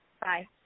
Bye